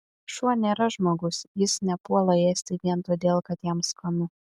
šuo nėra žmogus jis nepuola ėsti vien todėl kad jam skanu